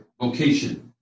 vocation